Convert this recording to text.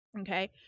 Okay